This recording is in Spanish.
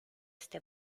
este